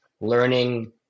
learning